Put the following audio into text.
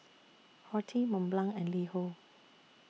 Horti Mont Blanc and LiHo